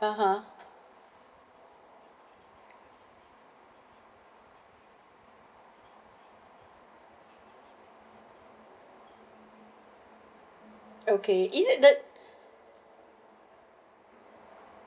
ah ha okay is it the